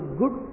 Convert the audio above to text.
good